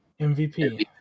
MVP